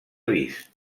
vist